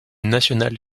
nationale